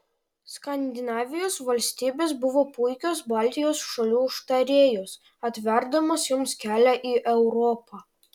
skandinavijos valstybės buvo puikios baltijos šalių užtarėjos atverdamos joms kelią į europą